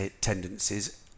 tendencies